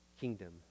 kingdom